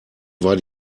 war